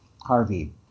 Harvey